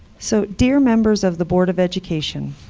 so dear members of the board of education,